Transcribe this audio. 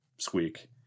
Squeak